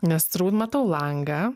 nes turbūt matau langą